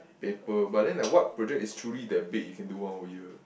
paper but then like what project is truly that big you can do one whole year